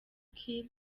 kiir